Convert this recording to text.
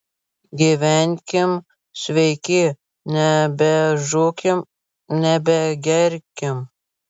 gyvenkim sveiki nebežūkim nebegerkim